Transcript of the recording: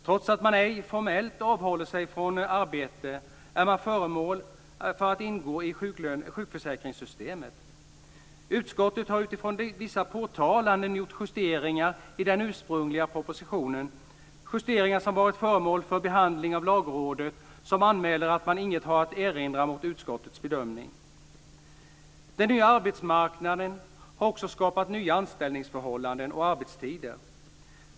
Trots att man formellt ej avhåller sig från arbete ingår man i sjukförsäkringssystemet. Utskottet har utifrån vissa påtalanden gjort justeringar i de ursprungliga förslagen i propositionen. Justeringen har varit föremål för behandling av Lagrådet som anmäler att man inget har att erinra mot utskottets bedömning. Den nya arbetsmarknaden har också skapat nya anställningsförhållanden och arbetstider.